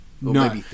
No